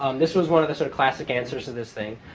um this was one of the sort of classic answers to this thing.